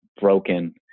broken